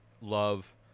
love